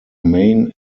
main